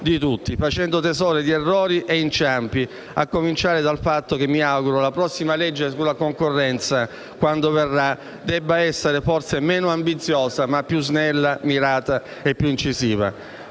di tutti, facendo tesoro di errori e inciampi, a cominciare dal fatto che - mi auguro - la prossima legge sulla concorrenza, quando verrà, debba essere forse meno ambiziosa ma più snella e mirata e quindi più incisiva.